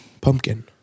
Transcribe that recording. Pumpkin